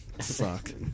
Fuck